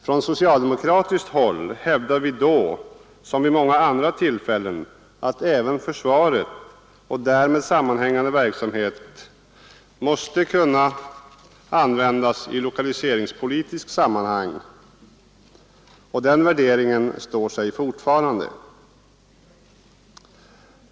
Från socialdemokratiskt håll hävdade vi då som vid många andra tillfällen att även försvaret och därmed sammanhängande verksamheter måste kunna användas i lokaliseringspolitiska sammanhang. Denna värdering står sig fortfarande.